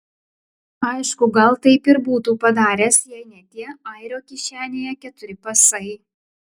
aišku gal taip ir būtų padaręs jei ne tie airio kišenėje keturi pasai